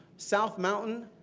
south mountain,